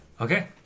Okay